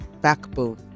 backbone